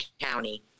County